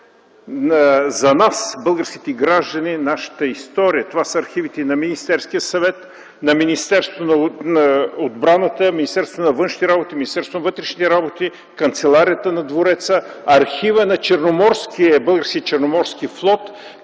за нас, българските граждани, нашата история. Това са архивите на Министерския съвет, на Министерството на отбраната, Министерството на външните работи, Министерството на вътрешните работи, Канцеларията на двореца, архива на Българския черноморски флот,